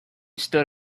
stood